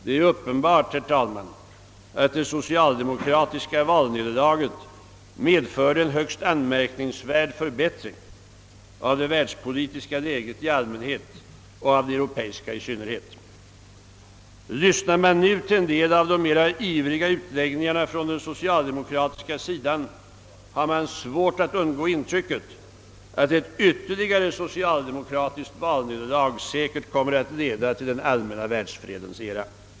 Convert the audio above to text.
Det är uppenbart, herr talman, att det socialdemokratiska valnederlaget medförde en högst anmärkningsvärd förbättring av det världspolitiska läget i allmänhet och av det europeiska i synnerhet! Lyssnar man nu till en del av de mera ivriga utläggningarna från den socialdemokratiska sidan har man svårt att undgå intrycket, att ytterligare ett socialdemokratiskt valnederlag säkerligen kommer att leda till den allmänna världsfredens era!